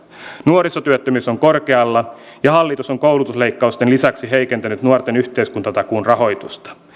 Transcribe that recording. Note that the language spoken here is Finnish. nuorisotyöttömyys on korkealla ja hallitus on koulutusleikkausten lisäksi heikentänyt nuorten yhteiskuntatakuun rahoitusta